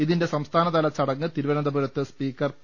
ഇതിന്റെ സംസ്ഥാനതല ചടങ്ങ് തിരുവനന്തപുരത്ത് സ്പീക്കർ പി